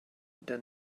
than